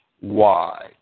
wide